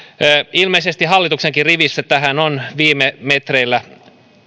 ilmeisesti hallituksenkin riveissä tähän on viime metreillä